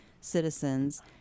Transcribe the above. citizens